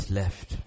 left